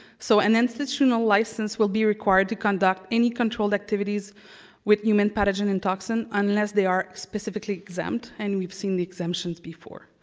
so an institutional license will be required to conduct any controlled activities with human pathogen and toxin unless they are specifically exempt and you've seen the exemptions before.